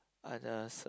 others